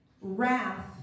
wrath